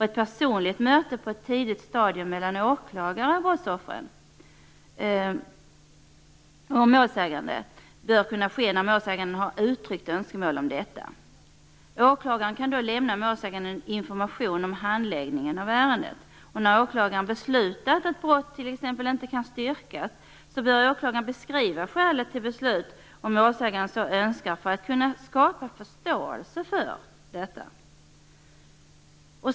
Ett personligt möte på ett tidigt stadium mellan åklagaren, brottsoffret och målsäganden bör kunna ske när målsäganden har uttryckt önskemål om detta. Åklagaren kan då lämna målsäganden information om handläggningen av ärendet. När åklagaren t.ex. beslutar att ett brott inte kan bestyrkas bör åklagaren beskriva skälet till detta beslut om målsäganden så önskar för att kunna skapa förståelse för detta.